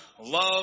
Love